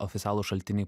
oficialūs šaltiniai